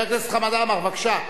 חבר הכנסת חמד עמאר, בבקשה.